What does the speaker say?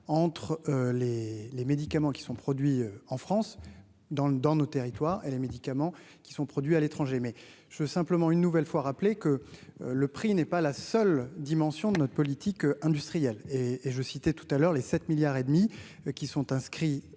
entre les les médicaments qui sont produits en France dans le dans nos territoires et les médicaments qui sont produits à l'étranger, mais je veux simplement une nouvelle fois rappelé que le prix n'est pas la seule dimension de notre politique industrielle et et je citais tout à l'heure, les 7 milliards et demi qui sont inscrits